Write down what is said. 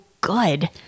good